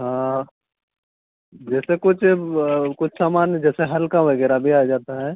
हाँ जैसे कुछ कुछ सामान जैसे हल्का वगैरह भी आ जाता है